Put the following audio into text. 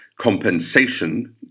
compensation